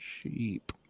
Sheep